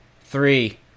Three